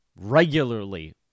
regularly